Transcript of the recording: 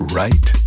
right